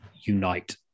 unite